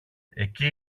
εκεί